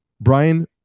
Brian